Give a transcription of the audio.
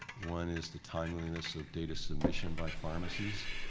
one is the timeliness of data submission by pharmacies.